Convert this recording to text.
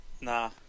Nah